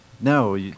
no